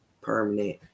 permanent